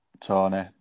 Tony